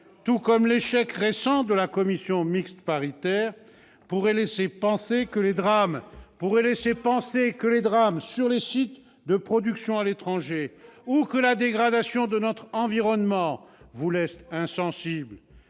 tout comme l'échec récent de la commission mixte paritaire, pourraient laisser penser que les drames sur les sites de production à l'étranger ou que la dégradation de notre environnement vous laissent insensibles.